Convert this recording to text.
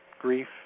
grief